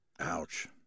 Ouch